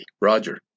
Roger